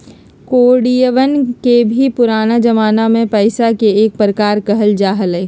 कौडियवन के भी पुराना जमाना में पैसा के एक प्रकार कहल जा हलय